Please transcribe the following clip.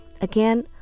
Again